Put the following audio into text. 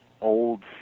old